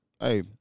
Hey